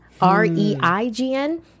R-E-I-G-N